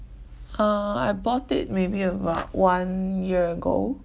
uh I bought it maybe about one year ago